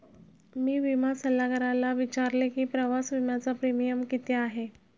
मी विमा सल्लागाराला विचारले की प्रवास विम्याचा प्रीमियम किती आहे?